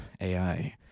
AI